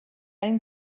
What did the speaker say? энэ